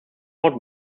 hot